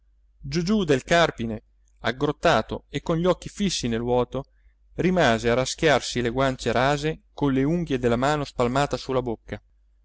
via giugiù del carpine aggrottato e con gli occhi fissi nel vuoto rimase a raschiarsi le guance rase con le unghie della mano spalmata sulla bocca